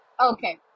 Okay